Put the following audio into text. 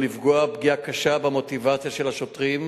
לפגוע פגיעה קשה במוטיבציה של השוטרים,